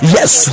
Yes